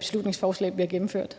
beslutningsforslag bliver gennemført.